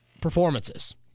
performances